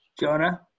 Jonah